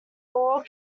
ore